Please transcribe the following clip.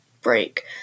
break